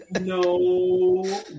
No